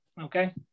okay